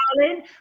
darling